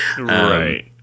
Right